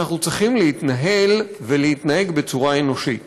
אנחנו צריכים להתנהל ולהתנהג בצורה אנושית.